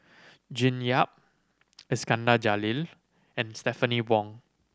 June Yap Iskandar Jalil and Stephanie Wong